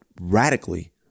radically